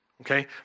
okay